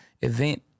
event